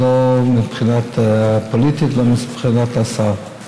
זה לא מבחינה פוליטית, לא מבחינת השר.